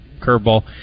curveball